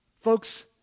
folks